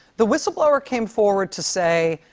the whistleblower came forward to say,